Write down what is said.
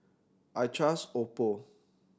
I trust Oppo